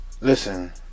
Listen